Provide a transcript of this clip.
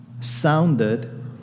sounded